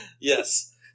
Yes